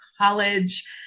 college